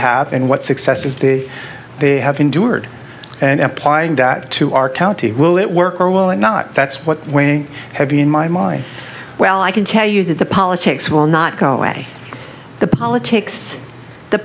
have and what successes the they have endured and applying that to our county will it work or will it not that's what weighing heavy in my mind well i can tell you that the politics will not go away the politics the